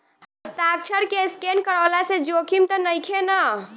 हस्ताक्षर के स्केन करवला से जोखिम त नइखे न?